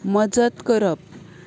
मजत करप